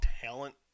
talent